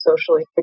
socially